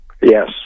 Yes